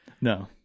no